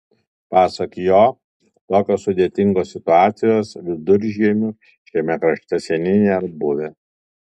pasak jo tokios sudėtingos situacijos viduržiemiu šiame krašte seniai nėra buvę